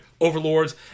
overlords